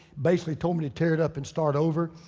basically told me to tear it up and start over.